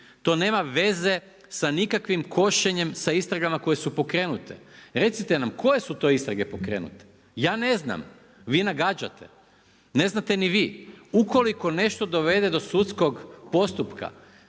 To nema veze sa nikakvim košenjem sa istragama koje su pokrenute. Recite nam koje su to istrage pokrenute? Ja ne znam. Vi nagađate. Ne znate ni vi. Ukoliko nešto dovede do sudskog postupka